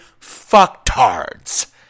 fucktards